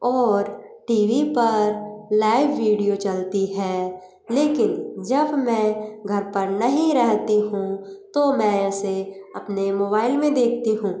और TV पर live video चलती है लेकिन जब मै घर पर नहीं रहती हूँ तो मै उसे अपने मोबाईल में देखती हूँ